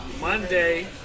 monday